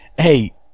Hey